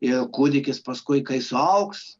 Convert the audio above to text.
ir kūdikis paskui kai suaugs